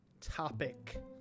topic